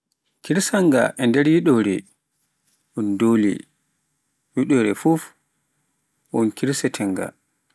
kirsaanga e nder yooɗoore, un dole, yooɗoore fuf un kirseteenga